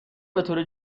بطور